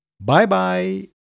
Bye-bye